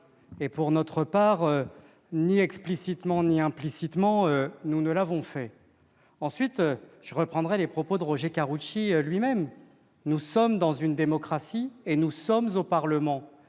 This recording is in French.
Pour notre part, ni explicitement ni implicitement, nous ne l'avons fait. Ensuite, je reprendrai les propos de Roger Karoutchi lui-même : notre pays est une démocratie, et nous sommes au Parlement.